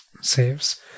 saves